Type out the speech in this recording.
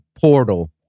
portal